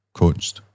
kunst